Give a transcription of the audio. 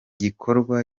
gikorwa